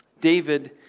David